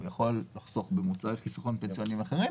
הוא יכול לחסוך במוצרי חיסכון פנסיוניים חדשים,